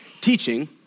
Teaching